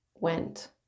went